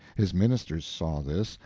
his ministers saw this,